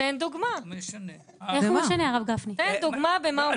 תן דוגמה במה הוא משנה.